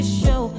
show